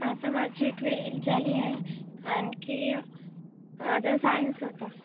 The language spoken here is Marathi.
आता माझी ट्वेल्थ झाली आहे आणखी माझा सायन्स होता